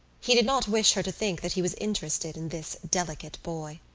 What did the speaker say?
he did not wish her to think that he was interested in this delicate boy.